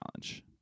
challenge